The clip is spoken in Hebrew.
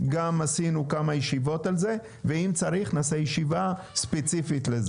קיימנו כמה ישיבות על זה ואם צריך נעשה ישיבה ספציפית בנושא.